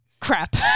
Crap